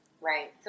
Right